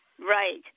Right